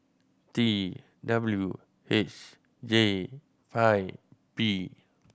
T W H J five P